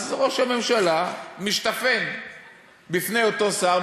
אז ראש הממשלה משתפן בפני אותו שר,